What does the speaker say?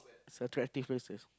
is attractive places